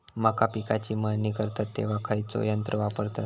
मका पिकाची मळणी करतत तेव्हा खैयचो यंत्र वापरतत?